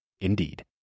Indeed